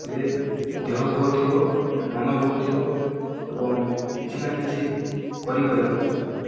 ହେଲେ ଦେହ ଭଲ ଥିବ ମନ ଭଲ ଥିବ ଏବଂ କିଛି ନା କିଛି କରିପାରିବ